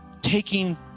taking